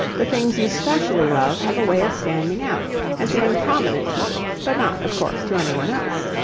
the things you specially love have a way of standing out and seeming prominent to you, but not, of course, to any one else.